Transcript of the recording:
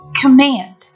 command